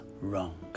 wrong